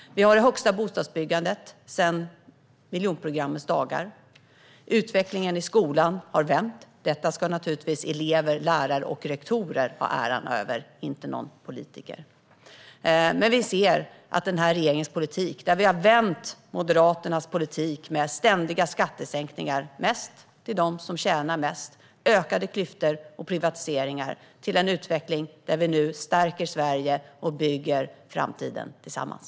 Vi har det högsta bostadsbyggandet sedan miljonprogrammets dagar. Utvecklingen i skolan har vänt. Detta ska naturligtvis elever, lärare och rektorer ha äran för, inte någon politiker. Men vi ser att den här regeringens politik, där vi har vänt Moderaternas politik - med ständiga skattesänkningar, mest till dem som tjänar mest, ökade klyftor och privatiseringar - till en utveckling där vi stärker Sverige och bygger framtiden tillsammans.